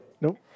Nope